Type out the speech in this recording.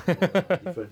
no lah different